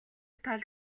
тал